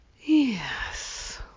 Yes